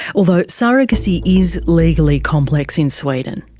although surrogacy is legally complex in sweden.